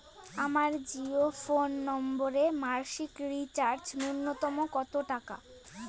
আমার জিও ফোন নম্বরে মাসিক রিচার্জ নূন্যতম কত টাকা?